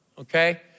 Okay